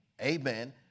Amen